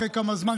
אחרי כמה זמן,